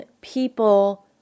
people